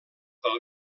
pel